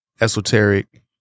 esoteric